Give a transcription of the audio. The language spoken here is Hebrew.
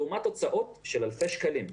לעומת הוצאות של אלפי שקלים.